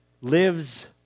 lives